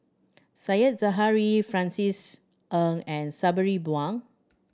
Said Zahari Francis Ng and Sabri Buang